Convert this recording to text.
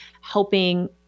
helping